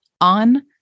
on